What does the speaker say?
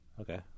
okay